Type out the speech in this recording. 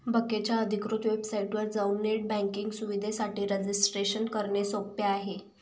बकेच्या अधिकृत वेबसाइटवर जाऊन नेट बँकिंग सुविधेसाठी रजिस्ट्रेशन करणे सोपे आहे